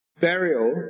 burial